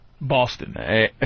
Boston